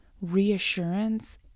reassurance